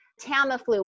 Tamiflu